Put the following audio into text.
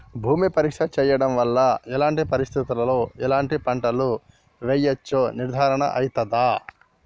భూమి పరీక్ష చేయించడం వల్ల ఎలాంటి పరిస్థితిలో ఎలాంటి పంటలు వేయచ్చో నిర్ధారణ అయితదా?